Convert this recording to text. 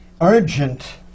urgent